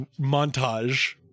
montage